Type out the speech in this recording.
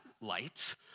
lights